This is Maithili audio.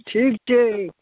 ठीक छै